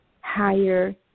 higher